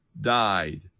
died